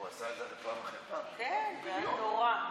הוא עשה את זה, כן, זה היה נורא.